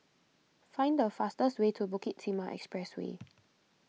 find the fastest way to Bukit Timah Expressway